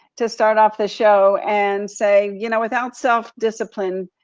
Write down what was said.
to start off the show and say, you know, without self discipline,